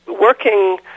Working